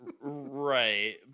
Right